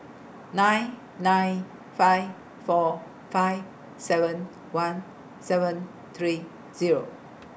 nine nine five four five seven one seven three Zero